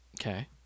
Okay